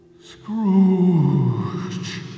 Scrooge